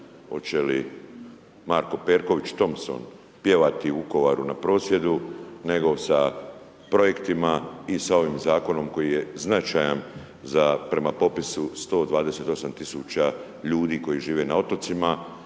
hoće li Marko Perković Thompson pjevati u Vukovaru na prosvjedu nego sa projektima i sa ovim zakonom koji je značajan za prema popisu, 128 000 ljudi koji žive na otocima